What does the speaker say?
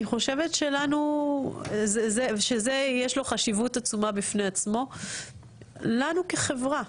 אני חושבת שיש לזה חשיבות עצומה בפני עצמו לנו כחברה.